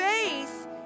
faith